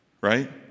right